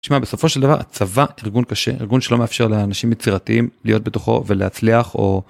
בסופו של דבר הצבא ארגון קשה ארגון שלא מאפשר לאנשים יצירתיים להיות בתוכו ולהצליח או.